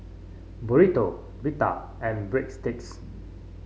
Burrito Pita and Breadsticks